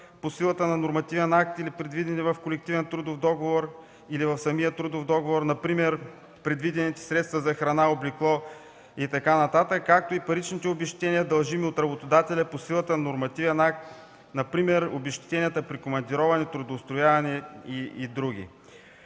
по силата на нормативен акт или предвидени в колективен трудов договор, или в самия трудов договор, например предвидените средства за храна, облекло и така нататък, както и паричните обезщетения, дължими от работодателя по силата на нормативен акт, например обезщетенията при командироване, трудоустрояване и др.